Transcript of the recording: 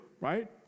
right